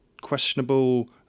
questionable